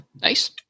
Nice